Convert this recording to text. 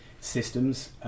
systems